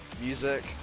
music